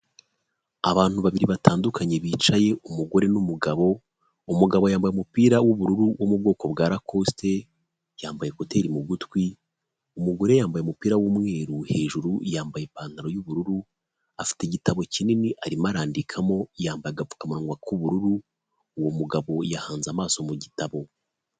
Abantu babiri batandukanye bicaye, umugore n'umugabo, umugabo yambaye umupira w'ubururu wo mu bwoko bwa rakosite, yambaye koteri mu gutwi, umugore yambaye umupira w'umweru hejuru, yambaye ipantaro y'ubururu, afite igitabo kinini arimo arandikamo, yambaye agapfukamunwa k'ubururu, uwo mugabo yahanze amaso mu gitabo.